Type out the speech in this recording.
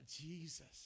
Jesus